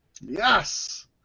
Yes